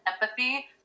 empathy